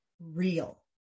real